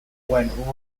went